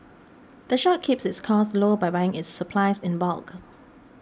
the shop keeps its costs low by buying its supplies in bulk